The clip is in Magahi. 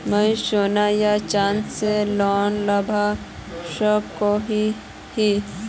मुई सोना या चाँदी से लोन लुबा सकोहो ही?